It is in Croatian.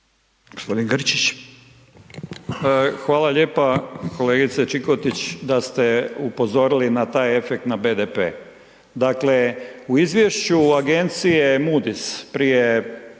Hvala lijepa, kolegice Čikotić da ste upozorili na taj efekt na BDP. Dakle u izvješću agencije Moody’s, prije